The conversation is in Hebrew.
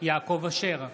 יעקב אשר,